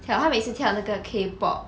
跳他每次每次跳那个 Kpop